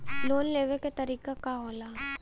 Loan लेवे क तरीकाका होला?